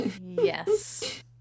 yes